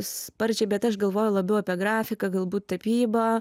sparčiai bet aš galvojau labiau apie grafiką galbūt tapybą